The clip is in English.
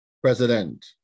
president